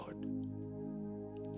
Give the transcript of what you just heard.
Lord